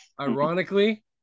Ironically